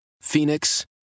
Phoenix